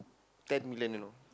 ten million you know